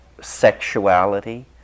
sexuality